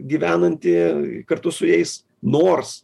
gyvenantį kartu su jais nors